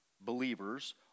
believers